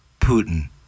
putin